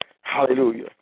Hallelujah